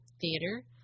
theater